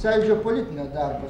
sąjūdžio politinio darbo